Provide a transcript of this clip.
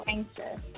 Anxious